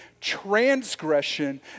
transgression